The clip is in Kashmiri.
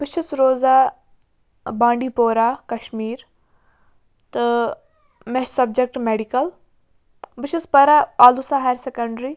بہٕ چھُس روزان بانٛڈی پورہ کشمیٖر تہٕ مےٚ چھُ سَبجَکٹ میٚڈِکَل بہٕ چھَس پَران آلوٗسا ہَیَر سٮ۪کَنٛڈرٛی